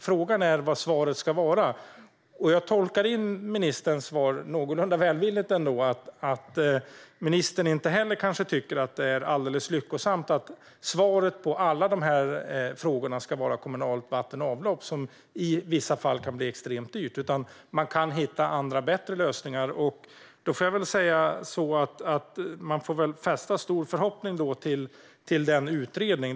Frågan är vad svaret ska vara, och jag tolkar - någorlunda välvilligt - ministerns svar som att kanske inte heller ministern tycker att det är alldeles lyckosamt att svaret på alla dessa frågor ska vara kommunalt vatten och avlopp, vilket i vissa fall kan bli extremt dyrt. I stället man kan hitta andra, bättre lösningar. Man får väl fästa stora förhoppningar vid utredningen.